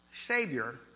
Savior